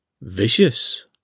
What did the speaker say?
Vicious